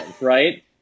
right